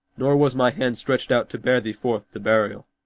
nor was my hand stretched out to bear thee forth to burial.